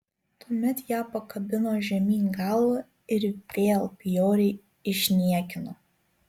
tuomet ją pakabino žemyn galva ir vėl bjauriai išniekino